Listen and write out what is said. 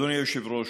אדוני היושב-ראש,